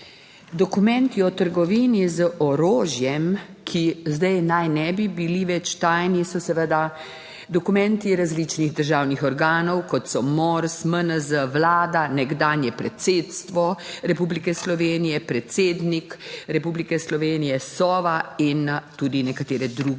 Dokumenti o trgovini z orožjem, ki zdaj naj ne bi bili več tajni, so seveda dokumenti različnih državnih organov, kot so MORS, MNZ, Vlada, nekdanje predsedstvo Republike Slovenije, predsednik Republike Slovenije, Sova in tudi nekatere druge